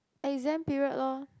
exam period loh